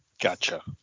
Gotcha